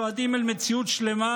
צועדים אל מציאות שלמה,